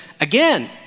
again